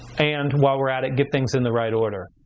and while we're at it, get things in the right order,